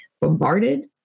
bombarded